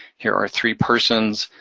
here are three persons.